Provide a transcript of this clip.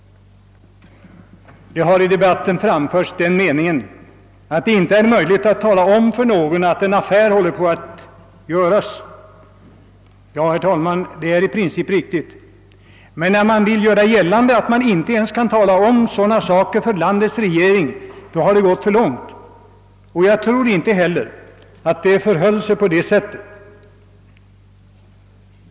I debatten har den meningen framförts att det inte är möjligt att tala om för någon att en affär håller på att göras. Det är i princip riktigt, men när man vill göra gällande att man inte ens kan tala om saken för landets regering, då har det gått för långt. Jag tror inte heller att det förhöll sig på det sättet.